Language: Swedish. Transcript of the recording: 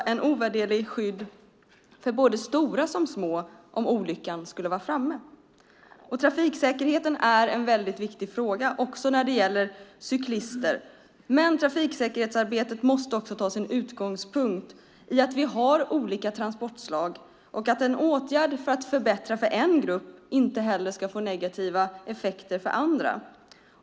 Hjälmen är ett ovärderligt skydd för både stora och små om olyckan skulle vara framme. Trafiksäkerheten är en viktig fråga när det gäller cyklister. Men trafiksäkerhetsarbetet måste ta sin utgångspunkt i att vi har olika transportslag och att en åtgärd för att förbättra för en grupp inte ska få negativa effekter för andra.